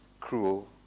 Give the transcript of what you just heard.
cruel